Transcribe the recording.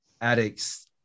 addicts